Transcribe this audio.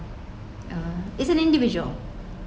is individual